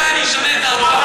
אולי אני אשנה את דעתך.